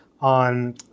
on